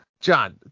John